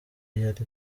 yari